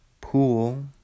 pool